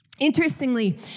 Interestingly